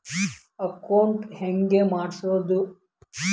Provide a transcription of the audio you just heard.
Account ಹೆಂಗ್ ಮಾಡ್ಸೋದು?